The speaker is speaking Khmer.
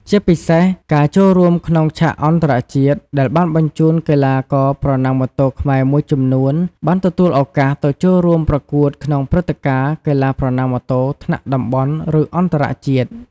ជាពិសេសការចូលរួមក្នុងឆាកអន្តរជាតិដែលបានបញ្ជូន កីឡាករប្រណាំងម៉ូតូខ្មែរមួយចំនួនបានទទួលឱកាសទៅចូលរួមប្រកួតក្នុងព្រឹត្តិការណ៍កីឡាប្រណាំងម៉ូតូថ្នាក់តំបន់ ឬអន្តរជាតិ។